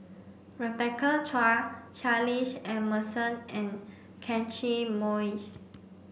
Rebecca Chua Charles Emmerson and Catchick Moses